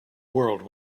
world